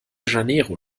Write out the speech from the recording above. janeiro